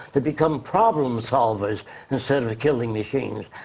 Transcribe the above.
to become problem solvers instead of killing machines.